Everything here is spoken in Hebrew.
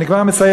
אני כבר מסיים.